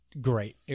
great